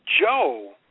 Joe